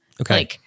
Okay